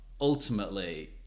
ultimately